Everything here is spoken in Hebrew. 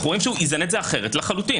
אנחנו רואים שהוא איזן את זה אחרת לחלוטין.